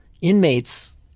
inmates